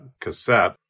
cassette